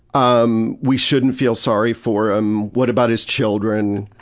um we shouldn't feel sorry for him. what about his children.